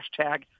hashtag